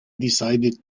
decided